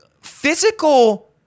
physical